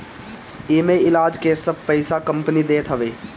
एमे इलाज के सब पईसा कंपनी देत हवे